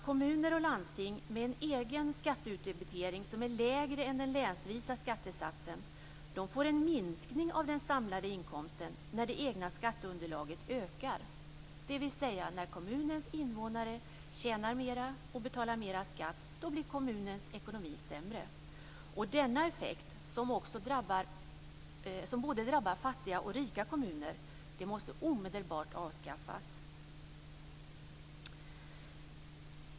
Kommuner och landsting med en egen skatteutdebitering som är lägre än den länsvisa skattesatsen får en minskning av den samlade inkomsten när det egna skatteunderlaget ökar, dvs. att när kommunens invånare tjänar mer och betalar mer skatt blir kommunens ekonomi sämre. Detta system som ger denna effekt, vilken drabbar både fattiga och rika kommuner, måste omedelbart avskaffas.